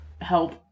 help